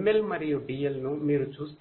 ML మరియు DL ను మీరు చూస్తే